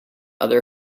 other